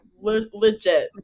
Legit